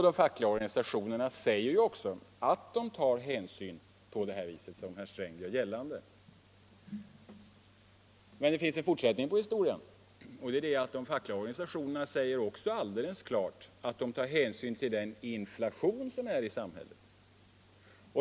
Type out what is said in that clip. De fackliga organisationerna säger också att de tar hänsyn på det vis som herr Sträng gör gällande. Men det finns en fortsättning på historien, och det är att de fackliga organisationerna också alldeles klart säger att de tar hänsyn till den inflation som är i samhället.